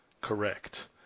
correct